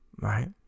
Right